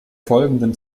folgenden